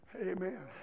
Amen